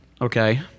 okay